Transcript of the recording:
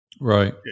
Right